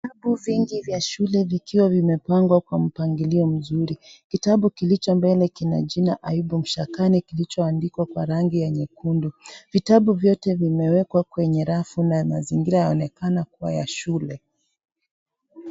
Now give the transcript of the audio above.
Vitabu vingi vya shule vikiwa vimepangwa kwa mpangilio mzuri. Kitabu kilicho mbele kina jina Ayubu Mashakani kilichoandikwa kwa rangi ya nyekundu. Vitabu vyote vimewekwa kwenye rafu na mazingira yanaonekana kuwa ya shule.